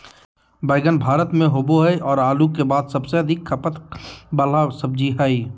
बैंगन भारत में होबो हइ और आलू के बाद सबसे अधिक खपत वाला सब्जी हइ